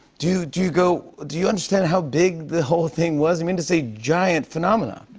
do do you go do you understand how big the whole thing was? i mean it's a giant phenomenon.